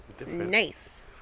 Nice